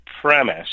premise